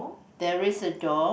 there is a door